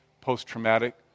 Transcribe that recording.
post-traumatic